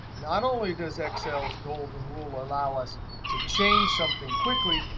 not only does excel's golden rule allow us to change something quickly,